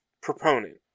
proponent